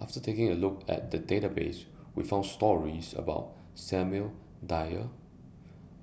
after taking A Look At The Database We found stories about Samuel Dyer